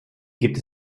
gibt